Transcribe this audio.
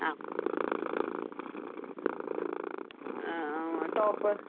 ആ ആ ടോപ്പ്